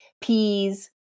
peas